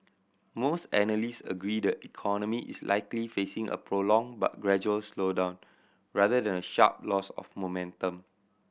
most analyst agree the economy is likely facing a prolonged but gradual slowdown rather than a sharp loss of momentum